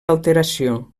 alteració